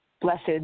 blessed